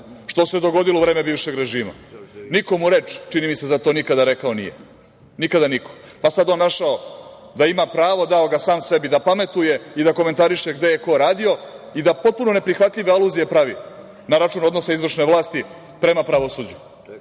što se dogodilo u vreme bivšeg režima. Niko mu reč, čini mi se, za to nikada rekao nije, nikada niko, pa sada on našao da ima pravo, dao ga sam sebi da pametuje i da komentariše gde je ko radio i da potpuno neprihvatljive aluzije pravi na račun odnosa izvršne vlasti prema pravosuđu.